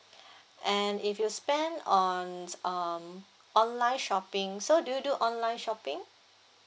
and if you spend on um online shopping so do you do online shopping